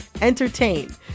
entertain